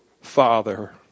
Father